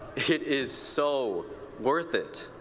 it is so worth it.